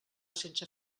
sense